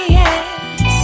yes